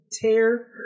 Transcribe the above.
tear